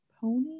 pony